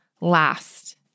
last